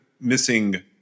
missing